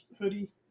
hoodie